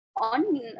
on